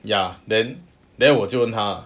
ya then then 我就问她 lah